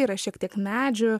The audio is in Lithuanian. yra šiek tiek medžių